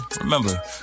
remember